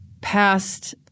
past